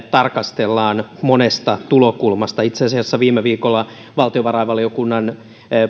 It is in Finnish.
tarkastellaan monesta tulokulmasta itse asiassa kun viime viikolla kävimme valtiovarainvaliokunnan